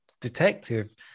detective